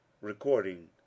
Recording